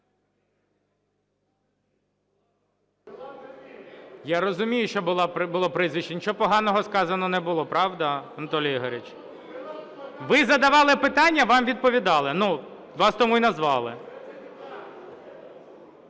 Я розумію, що було прізвище. Нічого поганого сказано не було, правда, Анатолій Ігорович? Ви задавали питання – вам відповідали, вас тому і назвали.